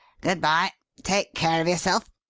good bye! take care of yourself.